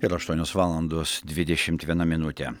yra aštuonios valandos dvidešimt viena minutė